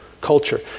culture